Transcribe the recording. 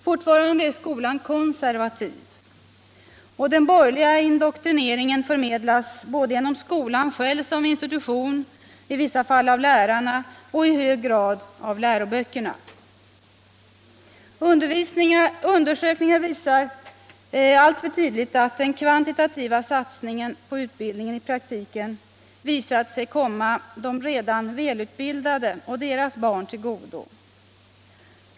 Fortfarande är skolan konservativ och den borgerliga indoktrineringen förmedlas genom skolan själv som institution, i vissa fall av lärarna och i hög grad av läroböckerna. Undersökningar visar alltför tydligt att den - Nr 134 kvantitativa satsningen på utbildningen i praktiken kommer de redan Fredagen den välutbildade och deras barn till godo.